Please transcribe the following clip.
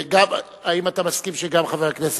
האם אתה מסכים שגם חבר הכנסת,